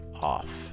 Off